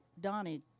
Donnie